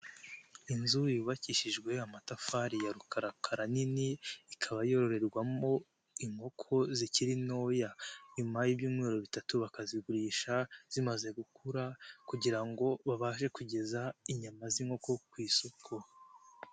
Inzu yubakishijwe amatafari ya rukarakara nini ,ikaba yororerwamo inkoko zikiri ntoya, nyuma y'ibyumweru bitatu bakazigurisha zimaze gukura ,kugira ngo babashe kugeza inyama z'inkoko ku isoko.